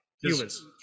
humans